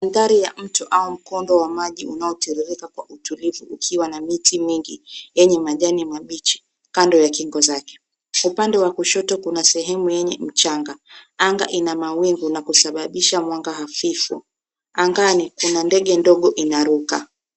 Mandhari ya mto ama au mkondo wa maji unaotiririka kwa utulivu ukiwa na miti mingi yenye majani mabichi kando ya kingo zake, upande wa kushoto kuna sehemu yenye mchanga, anga ina mawingu na kusababisha mwanga hafifu. Angani kuna ndege ndogo inaruka.